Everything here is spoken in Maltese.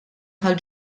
tal